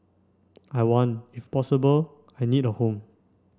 I want if possible I need a home